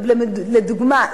לדוגמה,